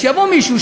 שיבוא מישהו,